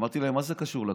אמרתי להם: מה זה קשור לכותל?